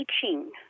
teaching